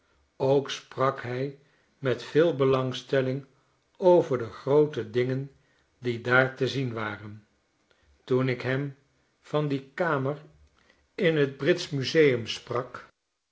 ook sprak hij met veel belangstelling over de groote dingen die daar te zien waren toen ik hem van die kamer in t britsch museum sprak